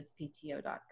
uspto.gov